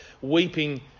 weeping